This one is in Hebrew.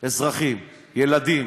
אזרחים, ילדים,